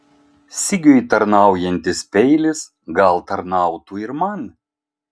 sigiui tarnaujantis peilis gal tarnautų ir man